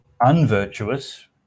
unvirtuous